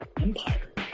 empire